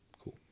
Cool